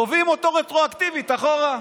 תובעים אותו רטרואקטיבית, אחורה.